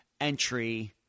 entry